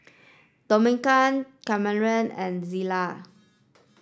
Domingo Cameron and Zillah